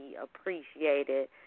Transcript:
appreciated